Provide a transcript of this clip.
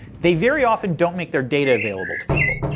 they very often don't make their data available to people.